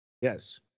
Yes